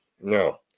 no